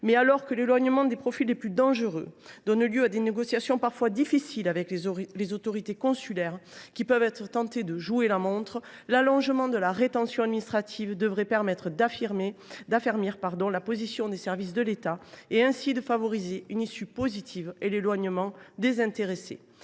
alors que l’éloignement des profils les plus dangereux donne lieu à des négociations parfois difficiles avec les autorités consulaires, qui peuvent être tentées de jouer la montre, l’allongement de la rétention administrative devrait permettre d’affermir la position des services de l’État et, ainsi, de favoriser une issue positive et l’éloignement des intéressés.